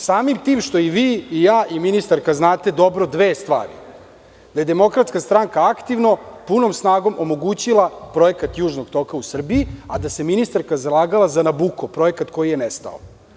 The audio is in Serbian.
Samim tim što i vi i ja i ministarka znate dobro dve stvari, da je DS aktivno, punom snagom omogućila projekat Južnog toka u Srbiji, a da se ministarka zalagala za „Nabuko“, projekat koji je nestao.